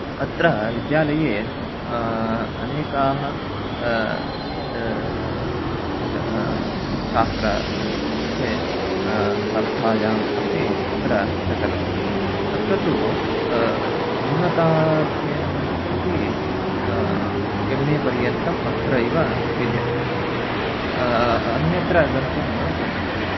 अत्र विद्यालये अनेकानि शास्त्रार्थे स्पर्धायाम् अपि अत्र प्रचलति अत्र तु उन्नताध्ययनम् इति एम् ए पर्यन्तम् अत्रैव विद्यते अन्यत्र गन्तुं न शक्नोति